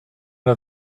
ara